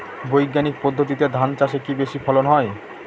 বৈজ্ঞানিক পদ্ধতিতে ধান চাষে কি বেশী ফলন হয়?